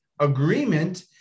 agreement